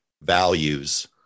values